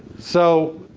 so,